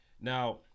Now